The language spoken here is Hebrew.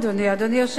אדוני היושב-ראש,